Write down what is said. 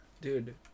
Dude